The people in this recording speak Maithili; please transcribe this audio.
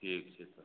ठीक छै तऽ